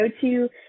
go-to